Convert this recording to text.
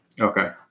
Okay